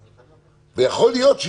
לא בעולם והיה